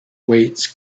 weights